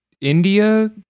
India